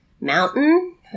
mountain